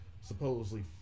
supposedly